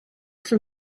for